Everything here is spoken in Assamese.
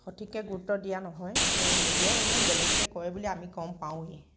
সঠিককৈ গুৰুত্ব দিয়া নহয় আৰু মেডিয়াইও এনেও বেলেগকৈ কয় বুলি আমি গম পাওঁৱেই